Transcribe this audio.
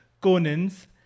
conan's